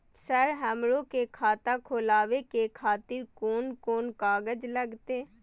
Sir हमरो के खाता खोलावे के खातिर कोन कोन कागज लागते?